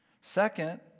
Second